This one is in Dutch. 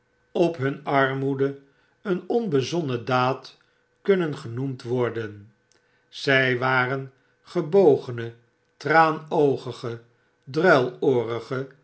op hun armoede een onbezonnen daad kunnen genoemd worden zij waren gebogene traanoogige